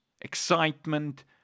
excitement